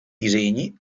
disegni